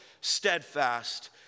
steadfast